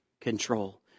control